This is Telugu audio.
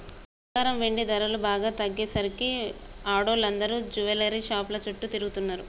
బంగారం, వెండి ధరలు బాగా తగ్గేసరికి ఆడోళ్ళందరూ జువెల్లరీ షాపుల చుట్టూ తిరుగుతున్నరు